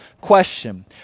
question